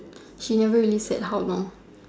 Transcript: she never said how long